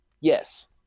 yes